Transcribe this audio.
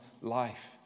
life